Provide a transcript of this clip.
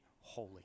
holy